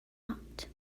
out